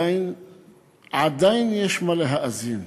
עדיין יש מה להאזין.